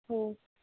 हो